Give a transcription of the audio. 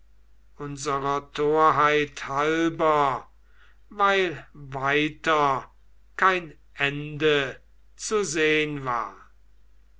torheit halber weil weiter kein ende zu sehn war